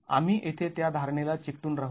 आम्ही येथे त्या धारणेला चिकटून राहू